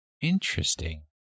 Interesting